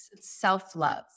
self-love